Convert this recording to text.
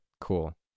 cool